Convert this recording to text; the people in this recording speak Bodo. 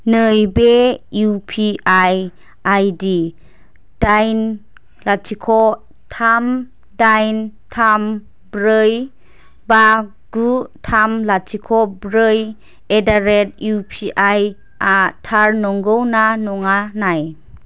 नैबे इउपिआइ आइदि दाइन लाथिख' थाम दाइन थाम ब्रै बा गु थाम लाथिख' ब्रै एदारेट इउपिआइआ थार नंगौ ना नङा नाय